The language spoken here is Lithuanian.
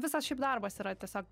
visas šiaip darbas yra tiesiog